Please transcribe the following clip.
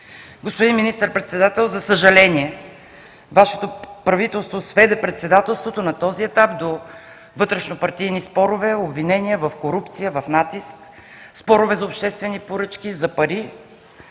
Господин Министър-председател, за съжаление, Вашето правителство на този етап сведе Председателството до вътрешнопартийни спорове, обвинения в корупция, в натиск, спорове за обществени поръчки и за пари.